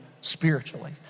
spiritually